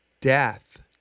Death